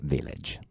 Village